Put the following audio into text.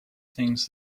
things